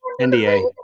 NDA